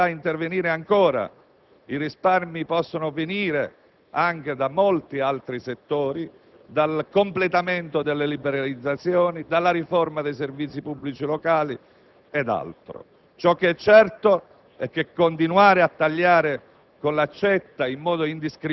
elaborazione. Bisognerà intervenire ancora. I risparmi possono venire anche da molti altri settori: dal completamento delle liberalizzazioni, dalla riforma dei servizi pubblici locali ed altro. È certo che continuare a tagliare